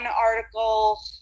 article